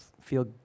feel